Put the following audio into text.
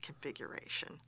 configuration